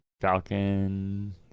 Falcon